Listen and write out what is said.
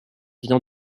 vient